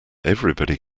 everybody